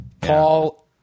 Paul